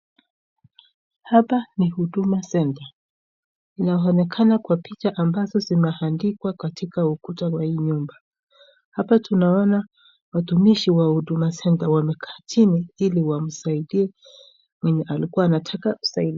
Hapa Ni Huduma Center, inaonekana Kwa picha ambazo zimeandikwa katika ukutu wa hii nyumba, hapa tunaona watumishi wa Huduma Center wamekaa chini hili wamsadie mwenye alikuwa anataka usaidizi.